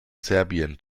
serbien